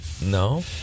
No